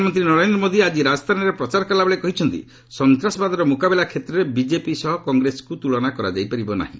ପ୍ରଧାନମନ୍ତ୍ରୀ ନରେନ୍ଦ୍ର ମୋଦି ଆଜି ରାଜସ୍ଥାନରେ ପ୍ରଚାର କଲାବେଳେ କହିଛନ୍ତି ସନ୍ତାସବାଦର ମ୍ରକାବିଲା କ୍ଷେତ୍ରରେ ବିଜେପି ସହ କଂଗ୍ରେସକୁ ତୁଳନା କରାଯାଇପାରିବ ନାହିଁ